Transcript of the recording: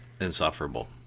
insufferable